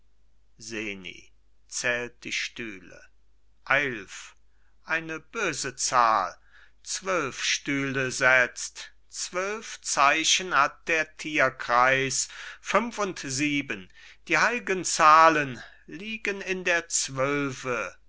seni zählt die stühle eilf eine böse zahl zwölf stühle setzt zwölf zeichen hat der tierkreis fünf und sieben die heilgen zahlen liegen in der zwölfe